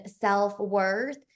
self-worth